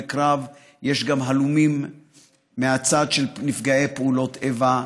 קרב יש גם הלומים מהצד של נפגעי פעולות איבה,